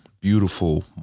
beautiful